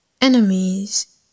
Enemies